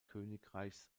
königreichs